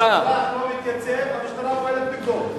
לא מתייצב, המשטרה פועלת נגדו.